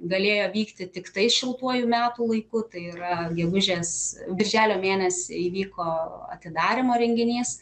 galėjo vykti tiktai šiltuoju metų laiku tai yra gegužės birželio mėnesį įvyko atidarymo renginys